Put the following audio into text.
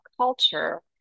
culture